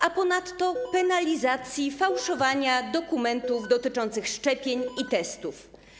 A ponadto penalizacji fałszowania dokumentów dotyczących szczepień i testów.